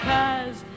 Cause